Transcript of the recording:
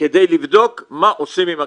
כדי לבדוק מה עושים עם הכסף.